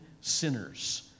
sinners